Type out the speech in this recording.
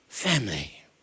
Family